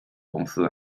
公司